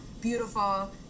Beautiful